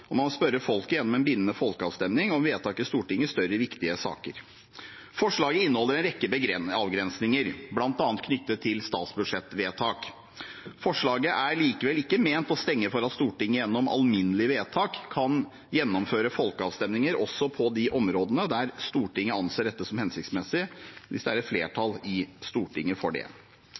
man vil spørre folket gjennom en bindende folkeavstemning om vedtak i Stortinget i større, viktige saker. Forslaget inneholder en rekke avgrensninger, bl.a. knyttet til statsbudsjettvedtak. Forslaget er likevel ikke ment å stenge for at Stortinget gjennom alminnelig vedtak kan gjennomføre folkeavstemninger også på de områdene der Stortinget anser dette som hensiktsmessig, hvis det er et flertall i Stortinget for det.